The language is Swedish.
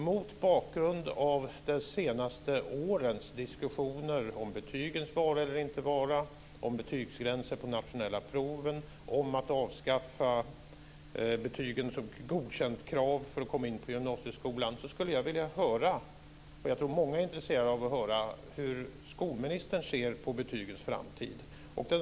Mot bakgrund av de senaste årens diskussioner om betygens vara eller inte vara, om betygsgränser i de nationella proven, om att avskaffa kravet på betyget Godkänd för att komma in på gymnasieskolan skulle jag vilja höra - och jag tror att många är intresserade av att höra - hur skolministern ser på betygens framtid.